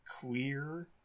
clear